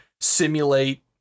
Simulate